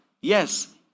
Yes